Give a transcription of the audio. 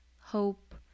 hope